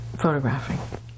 photographing